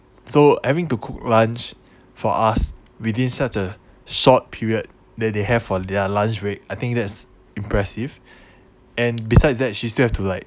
so having to cook lunch for us within such a short period that they have for their lunch break I think that's impressive and besides that she still have to like